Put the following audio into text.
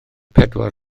pedwar